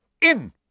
In